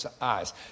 eyes